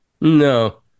No